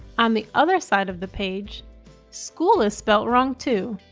on the other side of the page school is spelt wrong too.